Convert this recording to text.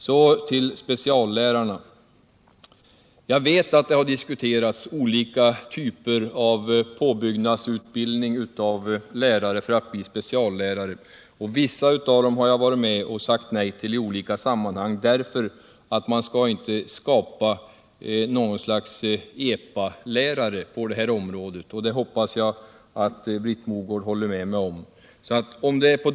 Så till speciallärarna. Jag vet att det har diskuterats olika typer av påbyggnadsutbildning av lärare för att vederbörande skall kunna bli speciallärare. Vissa typer av utbildning har jag i olika sammanhang varit med om att säga nej till, därför att man inte bör skapa något slags Epalärare på det här området. Jag hoppas att Britt Mogård håller med mig om detta.